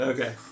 Okay